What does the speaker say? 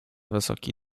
wysoki